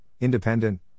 independent